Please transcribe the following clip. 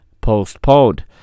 postponed